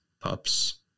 pups